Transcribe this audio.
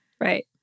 Right